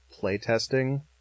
playtesting